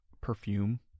perfume